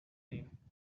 name